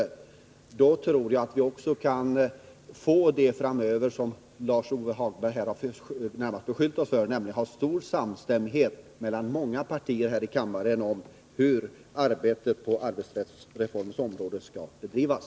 Jag tror att vi då framöver också kan få det som Lars-Ove Hagberg här närmast har beskyllt oss för att ha, nämligen stor samstämmighet mellan många partier här i kammaren om hur reformarbetet på arbetsrättens område skall bedrivas.